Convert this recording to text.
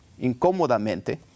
incómodamente